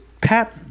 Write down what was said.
Pat